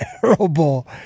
terrible